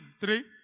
three